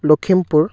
Lakhimpur